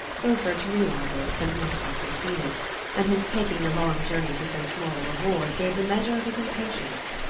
beaufort knew all this, and must have foreseen it and his taking the long journey for so small a reward gave the measure of his impatience.